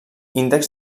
índexs